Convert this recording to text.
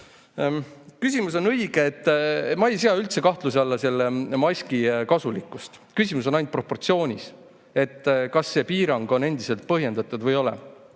Küsimus on õige. Ma ei sea üldse kahtluse alla maski kasulikkust. Küsimus on ainult proportsioonis, kas piirang on endiselt põhjendatud või ei